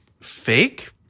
fake